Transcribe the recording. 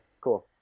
cool